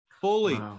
fully